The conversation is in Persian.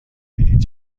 بلیط